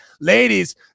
ladies